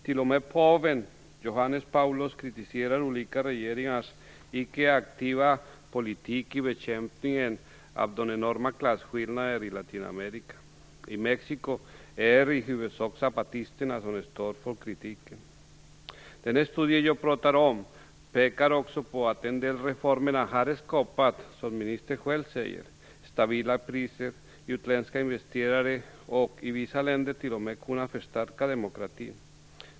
T.o.m. påven, Johannes Paulus, kritiserar olika regeringars icke-aktiva politik i bekämpningen av de enorma klasskillnaderna i Latinamerika. I Mexiko är det i huvudsak zapatisterna som står för kritiken. Den studie som jag pratar om pekar också på att en del av reformerna har, som ministern själv säger, skapat stabila priser och lockat utländska investerare. I vissa länder har demokratin t.o.m. kunnat förstärkas.